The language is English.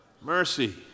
Mercy